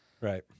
right